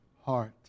heart